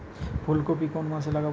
ফুলকপি কোন মাসে লাগাবো?